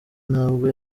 ntabwo